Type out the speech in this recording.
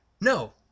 No